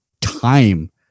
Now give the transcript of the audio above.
time